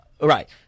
Right